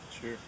Sure